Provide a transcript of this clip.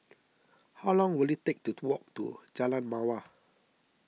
how long will it take to walk to Jalan Mawar